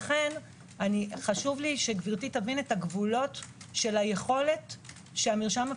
לכן חשוב לי שגברתי תבין את הגבולות של היכולת שהמרשם הפלילי,